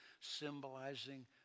symbolizing